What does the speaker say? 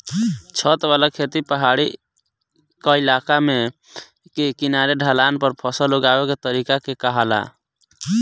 छत वाला खेती पहाड़ी क्इलाका में पहाड़ के किनारे ढलान पर फसल उगावे के तरीका के कहाला